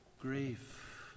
grief